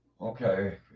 Okay